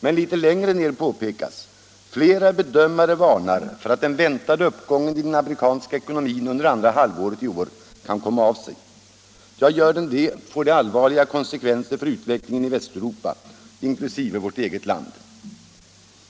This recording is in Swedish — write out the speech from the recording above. Men lite längre ned påpekas: ”Flera bedömare varnar för att den väntade uppgången i den amerikanska ekonomin under andra halvåret i år kan komma av sig.” Ja, gör den det, så får det allvarliga konsekvenser för utvecklingen i Västeuropa inklusive vårt eget land.